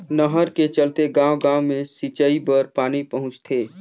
नहर के चलते गाँव गाँव मे सिंचई बर पानी पहुंचथे